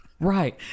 Right